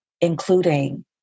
including